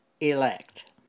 elect